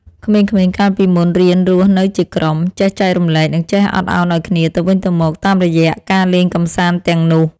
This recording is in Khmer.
ក្មេងៗកាលពីមុនរៀនរស់នៅជាក្រុម ចេះចែករំលែក និងចេះអត់ឱនឱ្យគ្នាទៅវិញទៅមកតាមរយៈការលេងកម្សាន្តទាំងនោះ។